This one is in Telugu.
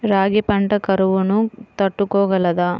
రాగి పంట కరువును తట్టుకోగలదా?